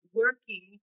working